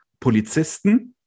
polizisten